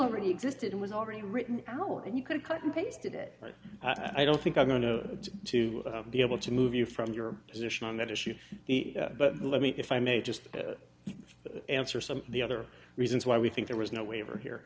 already existed it was already written hour and you could cut and pasted it right i don't think i'm going to do to be able to move you from your position on that issue but let me if i may just answer some of the other reasons why we think there was no waiver here